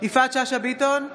יפעת שאשא ביטון,